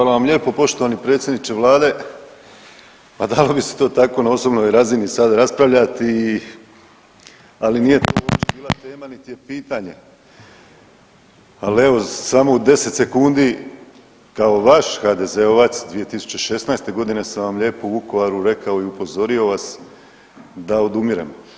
Hvala vam lijepo poštovani predsjedniče vlade, pa dalo bi se to tako na osobnoj razini sad raspravljati, ali nije to uopće bila tema, nit je pitanje, al evo samo u 10 sekundi kao vaš HDZ-ovac 2016.g. sam vam lijepo u Vukovaru rekao i upozorio vas da odumiremo.